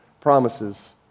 promises